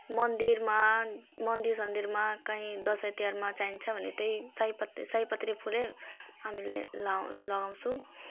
मन्दिरमा मन्दिर सन्दिरमा कहीँ दसैँ तिहारमा चाहिन्छ भने त्यही सयपत्री सयपत्री फुलै हामीले ला लगाउँछौँ